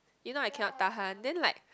you know I cannot tahan then like